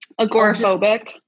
Agoraphobic